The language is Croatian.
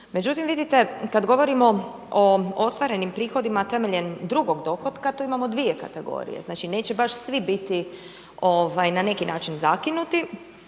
Međutim, vidite kad govorimo o ostvarenim prihodima temeljem drugog dohotka tu imamo dvije kategorije. Znači neće baš svi biti na neki način zakinuti